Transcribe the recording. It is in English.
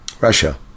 Russia